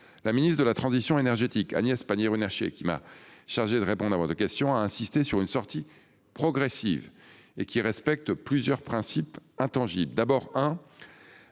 La ministre de la transition énergétique, Agnès Pannier-Runacher, qui m'a chargé de répondre à votre question, a insisté sur la nécessité d'une sortie progressive et respectant plusieurs principes. D'abord, il